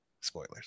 Spoilers